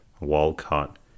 Walcott